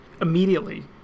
immediately